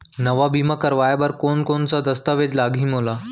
नवा बीमा करवाय बर कोन कोन स दस्तावेज लागही मोला?